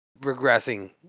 regressing